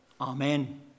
Amen